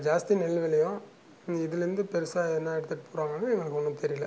ஜாஸ்தி நெல்லு விளையும் நீ இதுலேந்து பெருசாக என்னா எடுத்துகிட்டு போகிறாங்கன்னு எங்களுக்கு ஒன்றும் தெரியல